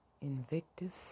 Invictus